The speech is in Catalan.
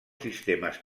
sistemes